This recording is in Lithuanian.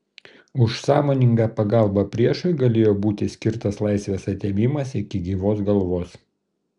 už sąmoningą pagalbą priešui galėjo būti skirtas laisvės atėmimas iki gyvos galvos